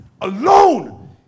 alone